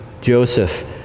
Joseph